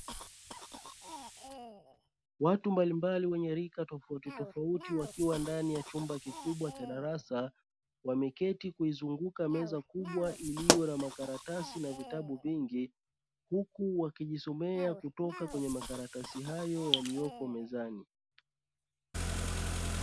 Watu mbalimbali wenye rika tofauti tofauti wakiwa ndani ya chumba kikubwa cha darasa. Wameketi kuizunguka meza kubwa iliyo na makaratasi na vitabu vingi. Huku wakijisomea kutoka kwenye makaratasi hayo yaliyoko mezani.